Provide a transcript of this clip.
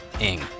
ing